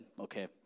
okay